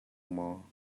maw